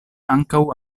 ankaŭ